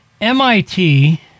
MIT